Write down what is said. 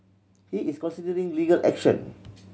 he is considering legal action